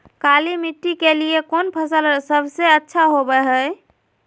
काली मिट्टी के लिए कौन फसल सब से अच्छा होबो हाय?